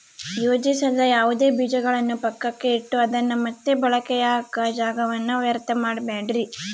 ಯೋಜಿಸದ ಯಾವುದೇ ಬೀಜಗಳನ್ನು ಪಕ್ಕಕ್ಕೆ ಇಟ್ಟು ಅದನ್ನ ಮತ್ತೆ ಬೆಳೆಯಾಕ ಜಾಗವನ್ನ ವ್ಯರ್ಥ ಮಾಡಬ್ಯಾಡ್ರಿ